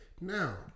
Now